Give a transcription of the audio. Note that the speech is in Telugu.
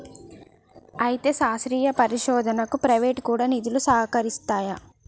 అయితే శాస్త్రీయ పరిశోధనకు ప్రైవేటు కూడా నిధులు సహకరిస్తాయి